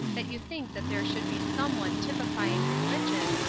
that you think that there should be someone typifying religion,